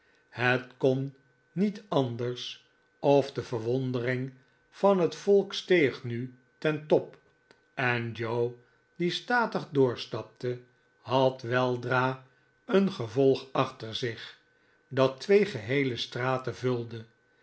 het kon niet anders of deverwondering van het volk steeg nu ten top en joe diestatig doorstapte had weldra een gevolg achter zich dat twee geheele straten vulde